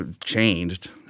changed